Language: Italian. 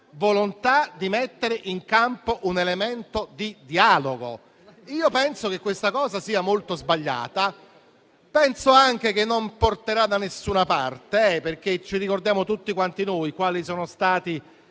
volontà di mettere in campo un elemento di dialogo. Io penso che questa cosa sia molto sbagliata e che non porterà da nessuna parte. Tutti ricordiamo infatti quali sono stati